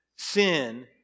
Sin